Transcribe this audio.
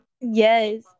yes